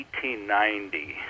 1890